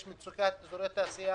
יש מצוקת אזור התעשייה